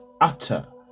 utter